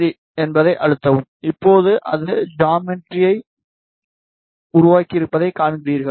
சரி என்பதை அழுத்தவும் இப்போது அது ஜாமெட்ரியை உருவாக்கியிருப்பதைக் காண்கிறீர்கள்